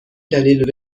دلیل